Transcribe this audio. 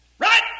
Right